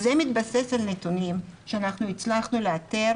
זה מתבסס על נתונים שאנחנו הצלחנו לאתר